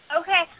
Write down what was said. Okay